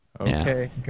Okay